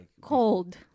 Cold